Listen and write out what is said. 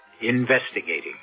investigating